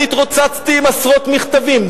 אני התרוצצתי עם עשרות מכתבים,